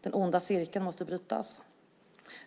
Den onda cirkeln måste brytas.